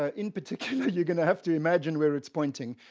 ah in particular, you're gonna have to imagine where it's pointing.